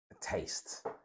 taste